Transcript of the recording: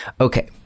Okay